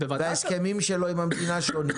וההסכמים שלו עם המדינה שונים.